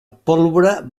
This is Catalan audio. pólvora